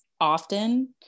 often